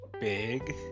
big